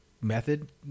method